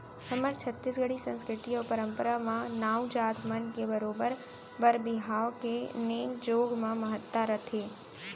हमर छत्तीसगढ़ी संस्कृति अउ परम्परा म नाऊ जात मन के बरोबर बर बिहाव के नेंग जोग म महत्ता रथे